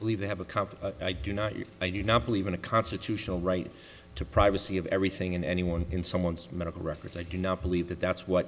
believe they have a couple i do not use i do not believe in a constitutional right to privacy of everything and anyone in someone's medical records i do not believe that that's what